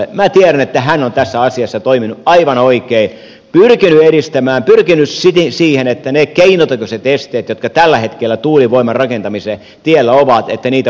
minä tiedän että hän on tässä asiassa toiminut aivan oikein pyrkinyt edistämään pyrkinyt siihen että niitä keinotekoisia esteitä jotka tällä hetkellä tuulivoiman rakentamisen tiellä ovat voitaisiin ottaa pois